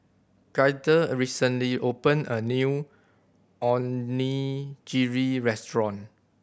Gaither recently opened a new Onigiri Restaurant